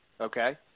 Okay